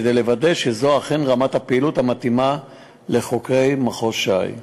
כדי לוודא שזו אכן רמת הפעילות המתאימה לחוקרי מחוז ש"י.